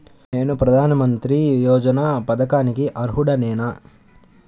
నేను ప్రధాని మంత్రి యోజన పథకానికి అర్హుడ నేన?